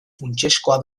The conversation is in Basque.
funtsezkoa